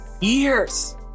years